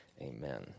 Amen